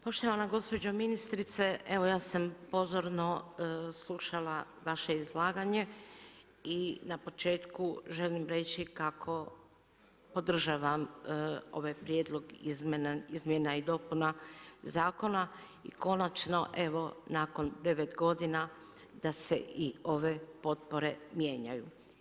Poštovana gospođo ministrice, evo ja sam pozorno slušala vaše izlaganje i na početku želim reći kako podržavam ovaj prijedlog izmjena i dopuna zakona i konačno evo nakon 9 godina da se i ove potpore mijenjaju.